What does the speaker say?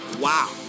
Wow